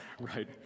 right